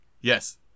Yes